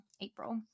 April